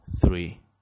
three